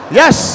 yes